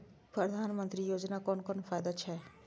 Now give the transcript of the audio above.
प्रधानमंत्री योजना कोन कोन फायदा छै?